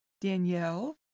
danielle